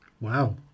Wow